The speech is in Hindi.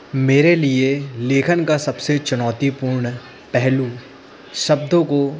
मेरे लिए लेखन का सबसे चुनौतीपूर्ण पहलू शब्दों को